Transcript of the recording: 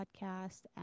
podcast